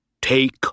Take